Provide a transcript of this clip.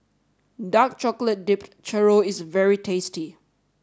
Dark Chocolate Dipped Churro is very tasty